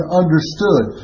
understood